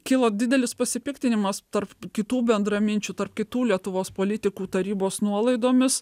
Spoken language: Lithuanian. kilo didelis pasipiktinimas tarp kitų bendraminčių tarp kitų lietuvos politikų tarybos nuolaidomis